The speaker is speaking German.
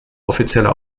offizielle